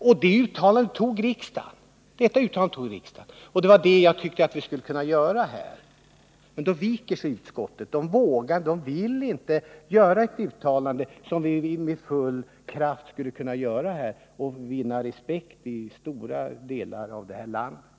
Detta uttalande gjordes av riksdagen, och det var ett sådant uttalande som jag tyckte att vi hu skulle kunna göra. Då viker sig utskottet och vill inte göra det uttalande som vi med full kraft skulle kunna göra och därmed vinna respekt i stora delar av det här landet.